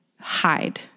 Hide